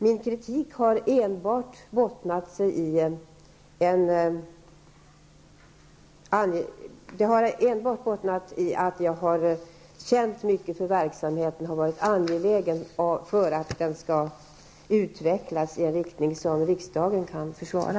Min kritik har enbart bottnat i att vi har känt mycket för verksamheten och har varit angelägna om att den skall utvecklas i en riktning som riksdagen kan försvara.